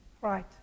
Right